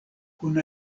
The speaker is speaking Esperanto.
kun